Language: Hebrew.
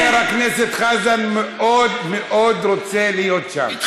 חבר הכנסת חזן מאוד מאוד רצה להיות שם.